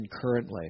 currently